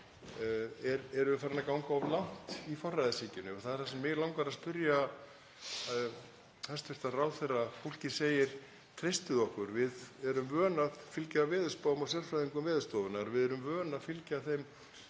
við? Erum við farin að ganga of langt í forræðishyggjunni? Það er það sem mig langar að spyrja hæstv. ráðherra. Fólkið segir: Treystið okkur. Við erum vön að fylgja veðurspám og sérfræðingum Veðurstofunnar. Við erum vön að fylgja þeim